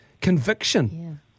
conviction